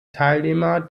teilnehmer